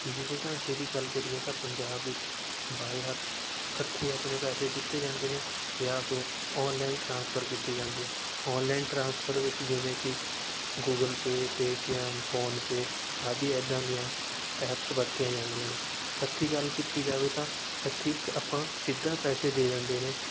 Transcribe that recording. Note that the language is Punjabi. ਫ਼ੀਸ ਦੇ ਢਾਂਚੇ ਦੀ ਗੱਲ ਕਰੀਏ ਤਾਂ ਪੰਜਾਬ ਵਿੱਚ ਬਾਏ ਹੱਥ ਹੱਥੀਂ ਆਪਣੇ ਪੈਸੇ ਦਿੱਤੇ ਜਾਂਦੇ ਨੇ ਜਾਂ ਫਿਰ ਔਨਲਾਇਨ ਟਰਾਂਸਫਰ ਕੀਤੀ ਜਾਂਦੀ ਆ ਔਨਲਾਈਨ ਟਰਾਂਸਫਰ ਵਿੱਚ ਜਿਵੇਂ ਕਿ ਗੂਗਲ ਪੇ ਪੇਟੀਐੱਮ ਫ਼ੋਨਪੇ ਆਦਿ ਇੱਦਾਂ ਦੀਆਂ ਐੱਪਸ ਵਰਤੀਆਂ ਜਾਂਦੀਆਂ ਨੇ ਹੱਥੀਂ ਗੱਲ ਕੀਤੀ ਜਾਵੇ ਤਾਂ ਹੱਥੀਂ ਇੱਕ ਆਪਾਂ ਸਿੱਧਾ ਪੈਸੇ ਦੇ ਦਿੰਦੇ ਨੇ